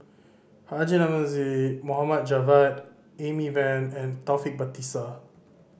Haji Namazie Mohd Javad Amy Van and Taufik Batisah